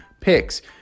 picks